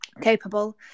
capable